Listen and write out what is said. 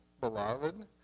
beloved